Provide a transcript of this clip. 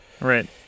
Right